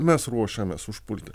mes ruošiamės užpulti